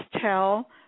tell